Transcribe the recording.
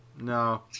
No